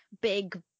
big